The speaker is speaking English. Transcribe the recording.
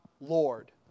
Lord